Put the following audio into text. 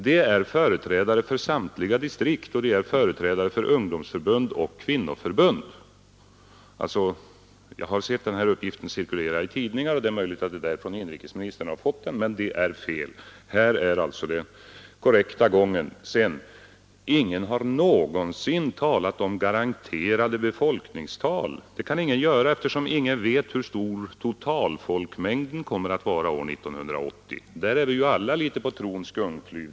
Det består av företrädare för samtliga distrikt, för ungdomsförbund och kvinnoförbund. Jag har sett en felaktig uppgift cirkulera i tidningarna, och det är möjligt att det är därifrån inrikesministern har fått detta. Det jag nu har beskrivit är alltså den korrekta gången. Sedan vill jag framhålla att ingen någonsin har talat om garanterade befolkningstal. Det kan ingen göra, eftersom ingen vet hur stor totalfolkmängden kommer att vara år 1980. Där är vi alla litet på trons gungfly.